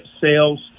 sales